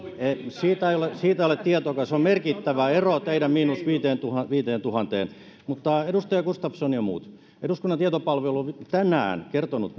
siitä ei ole tietoakaan se on merkittävä ero teidän miinus viiteentuhanteen viiteentuhanteen edustaja gustafsson ja muut eduskunnan tietopalvelu on tänään kertonut